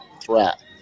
threat